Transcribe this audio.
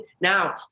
Now